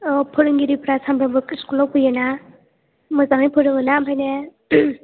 फोरोंगिरिफ्रा सानफ्रोमबो इसखुलाव फैयोना मोजाङै फोरोङोना ओमफ्राय ने